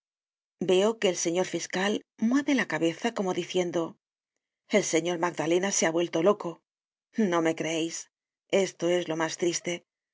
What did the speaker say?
veo que el señor fiscal mueve la cabeza como diciendo el señor magdalena se ha vuelto loco no me creeis esto es lo mas triste